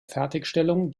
fertigstellung